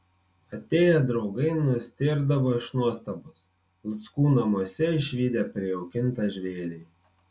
atėję draugai nustėrdavo iš nuostabos luckų namuose išvydę prijaukintą žvėrį